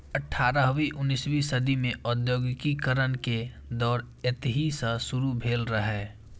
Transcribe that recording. अठारहवीं उन्नसवीं सदी मे औद्योगिकीकरण के दौर एतहि सं शुरू भेल रहै